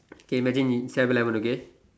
okay imagine in seven-eleven okay